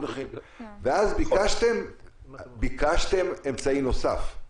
ואז ביקשתם אמצעי נוסף.